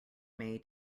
may